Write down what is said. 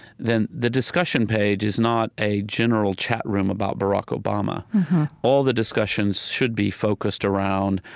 then the discussion page is not a general chat room about barack obama all the discussions should be focused around,